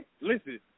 listen